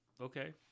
okay